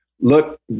look